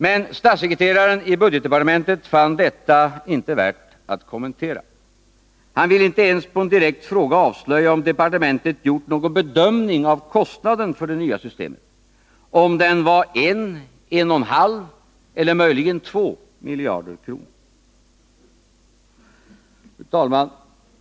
Men statssekreteraren i budgetdepartementet fann inte detta värt att kommentera. Han vill på en direkt fråga inte ens avslöja om departementet gjort någon bedömning av kostnaden för det nya systemet — om den var 1, 1,5 eller möjligen 2 miljarder kronor.